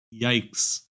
Yikes